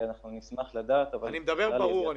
אנחנו נשמח לדעת אבל --- אני מדבר ברור,